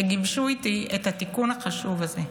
שגיבשו איתי את התיקון החשוב הזה,